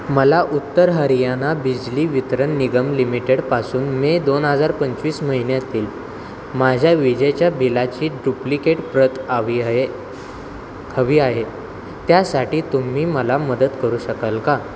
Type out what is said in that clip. मला उत्तर हरियाणा बिजली वितरण निगम लिमिटेडपासून मे दोन हजार पंचवीस महिन्यातील माझ्या विजेच्या बिलाची डुप्लिकेट प्रत आवी हाये हवी आहे त्यासाठी तुम्ही मला मदत करू शकाल का